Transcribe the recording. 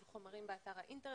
של חומרים באתר האינטרנט,